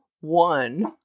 one